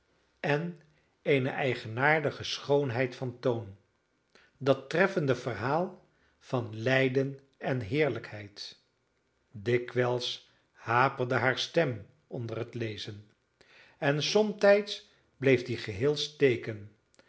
en eene eigenaardige schoonheid van toon dat treffende verhaal van lijden en heerlijkheid dikwijls haperde hare stem onder het lezen en somtijds bleef die geheel steken